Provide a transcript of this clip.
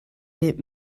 get